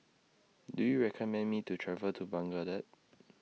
Do YOU recommend Me to travel to Baghdad